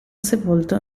sepolto